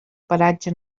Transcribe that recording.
paratge